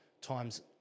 times